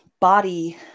body